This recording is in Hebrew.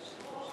אתה יושב-ראש.